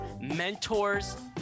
mentors